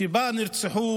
שבה נרצחו